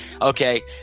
okay